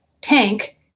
tank